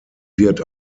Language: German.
wird